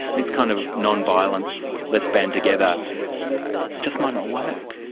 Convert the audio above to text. this kind of non-violence, let's-band-together just might not work.